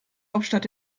hauptstadt